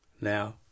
Now